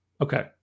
Okay